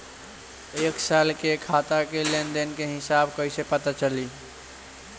एक साल के खाता के लेन देन के हिसाब कइसे पता चली?